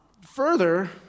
Further